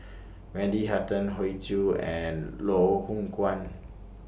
Wendy Hutton Hoey Choo and Loh Hoong Kwan